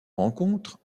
rencontre